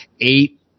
Eight